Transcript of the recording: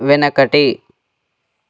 వెనకటి